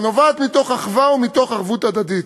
הנובעת מאחווה, ומתוך ערבות הדדית.